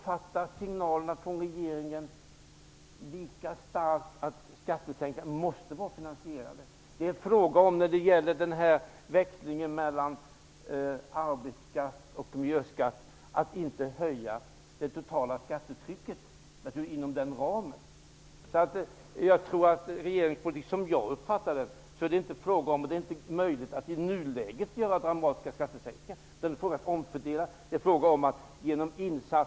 Signalerna från regeringen att skatterna måste vara finansierade uppfattar jag lika starkt. När det gäller växlingen mellan arbetsskatt och miljöskatt handlar det om att inte höja det totala skattetrycket. Som jag uppfattar regeringens politik är det inte fråga om att i nuläget göra några dramatiska skattesänkningar, utan det handlar om att omfördela.